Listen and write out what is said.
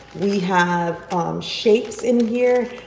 we have shapes in here,